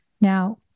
Now